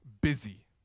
busy